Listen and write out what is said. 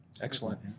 Excellent